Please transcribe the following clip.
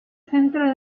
centro